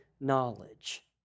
knowledge